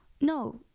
No